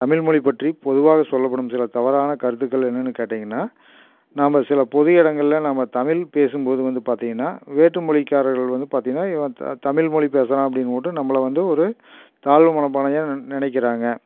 தமிழ்மொழி பற்றி பொதுவாக சொல்லப்படும் சில தவறான கருத்துக்கள் என்னென்னு கேட்டிங்கனா நாம் சில பொது இடங்கள்ல நம்ம தமிழ் பேசும் போது வந்து பார்த்திங்கனா வேற்று மொழிக்காரர்கள் வந்து பார்த்திங்கனா இவன் தமிழ்மொழி பேசுகிறான் அப்படினுட்டு நம்மள வந்து ஒரு தாழ்வு மனப்பான்மையாக நினைக்குறாங்க